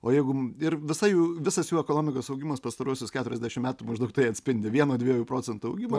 o jeigu ir visa jų visas jų ekonomikos augimas pastaruosius keturiasdešimt metų maždaug tai atspindi vieno dviejų procentų augimą